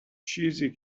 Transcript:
چیزی